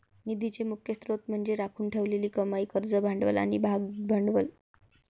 निधीचे मुख्य स्त्रोत म्हणजे राखून ठेवलेली कमाई, कर्ज भांडवल आणि भागभांडवल